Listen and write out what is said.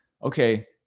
okay